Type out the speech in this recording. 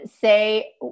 say